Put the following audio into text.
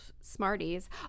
Smarties